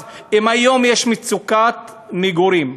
אז אם היום יש מצוקת מגורים,